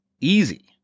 easy